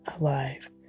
alive